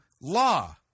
law